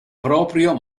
proprio